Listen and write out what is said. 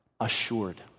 assured